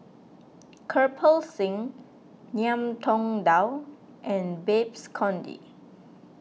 Kirpal Singh Ngiam Tong Dow and Babes Conde